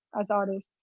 as artists.